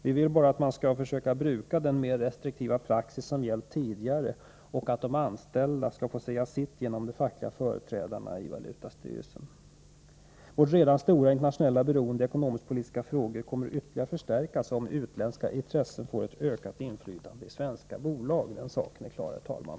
Vi vill bara att man skall försöka bruka den mer restriktiva praxis som har gällt tidigare och att de anställda skall få säga sitt genom de fackliga företrädarna i valutastyrelsen. Vårt redan stora internationella beroende i ekonomisk-politiska frågor kommer att förstärkas ytterligare om utländska intressenter får ett ökat inflytande i svenska bolag. Den saken är klar, herr talman.